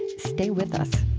stay with us